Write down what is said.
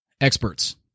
experts